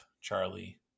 charlie